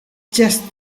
just